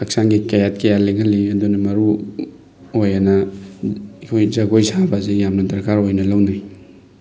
ꯍꯛꯆꯥꯡꯒꯤ ꯀꯌꯥꯠ ꯀꯌꯥ ꯂꯦꯡꯍꯜꯂꯤ ꯑꯗꯨꯅ ꯃꯔꯨ ꯑꯣꯏ ꯑꯅ ꯑꯩꯈꯣꯏ ꯖꯒꯣꯏ ꯁꯥꯕ ꯑꯁꯤ ꯌꯥꯝꯅ ꯗꯔꯀꯥꯔ ꯑꯣꯏꯅ ꯂꯧꯅꯩ